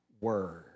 word